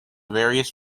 various